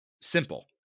simple